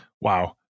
Wow